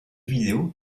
vidéo